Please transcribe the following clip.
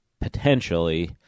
potentially